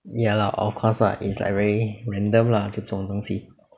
ya lah of course lah it's like very random lah 这种东西